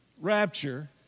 rapture